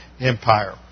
Empire